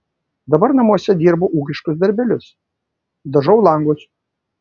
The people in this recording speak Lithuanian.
dabar namuose dirbu ūkiškus darbelius dažau langus